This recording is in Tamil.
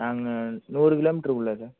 நாங்கள் நூறு கிலோமீட்ருக்குள்ள சார்